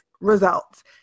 results